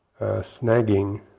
snagging